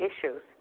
issues